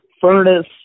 furnace